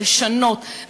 לשנות,